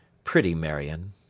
pretty marion!